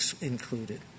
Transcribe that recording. included